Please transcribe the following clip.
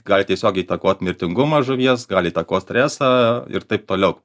gali tiesiogiai įtakot mirtingumą žuvies gali įtakot stresą ir taip toliau